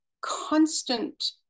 constant